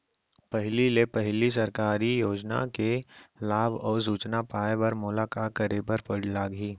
पहिले ले पहिली सरकारी योजना के लाभ अऊ सूचना पाए बर मोला का करे बर लागही?